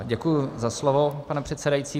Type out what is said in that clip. Děkuji za slovo, pane předsedající.